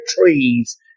trees